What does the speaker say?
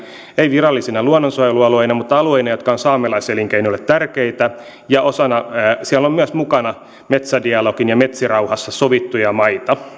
ei virallisina luonnonsuojelualueina mutta alueina jotka ovat saamelaiselinkeinolle tärkeitä siellä on myös mukana metsädialogissa ja metsärauhassa sovittuja maita